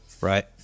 Right